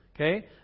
okay